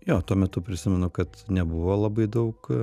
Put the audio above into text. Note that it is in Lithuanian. jo tuo metu prisimenu kad nebuvo labai daug